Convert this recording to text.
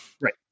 right